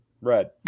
Red